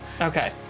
Okay